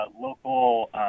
local